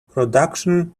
production